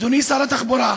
אדוני שר התחבורה,